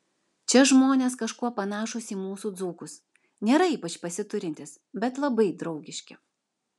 čia žmonės kažkuo panašūs į mūsų dzūkus nėra ypač pasiturintys bet labai draugiški